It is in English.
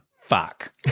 fuck